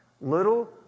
little